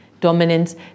dominance